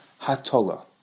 Hatola